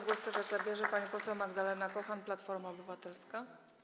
Głos teraz zabierze pani poseł Magdalena Kochan, Platforma Obywatelska.